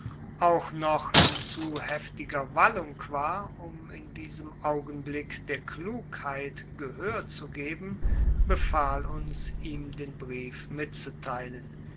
auch noch in zu heftiger wallung war um in diesem augenblick der klugheit gehör zu geben befahl uns ihm den brief mitzuteilen